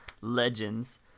legends